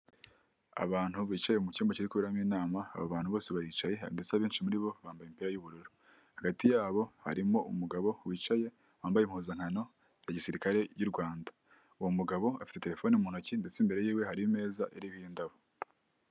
Abantu bicaye mucyumba cyiri kuberamo inama, aba bantu bose baricaye ndetse abenshi muri bo bambaye impira y'ubururu hagati yabo harimo umugabo wicaye wambaye impuzankano ya gisirikare y'u rwanda uwo mugabo afite telefone mu ntoki ndetse imbere yiwe hari imeza iriha indabo.